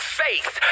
faith